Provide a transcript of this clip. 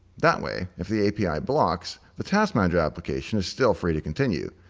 that way, if the api blocks the task manager application is still free to continue.